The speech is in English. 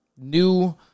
new